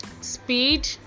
speed